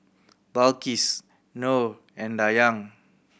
Balqis Nor and Dayang